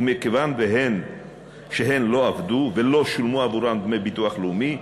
ומכיוון שהן לא עבדו ולא שולמו עבורן דמי ביטוח לאומי,